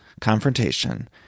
confrontation